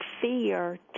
fear